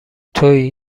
توئی